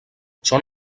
són